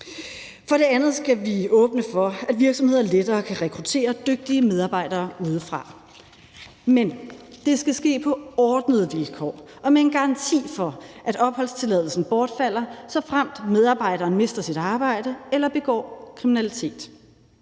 For det andet skal vi åbne for, at virksomheder lettere kan rekruttere dygtige medarbejdere udefra, men det skal ske på ordnede vilkår og med en garanti for, at opholdstilladelsen bortfalder, såfremt medarbejderen mister sit arbejde eller begår kriminalitet.